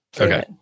Okay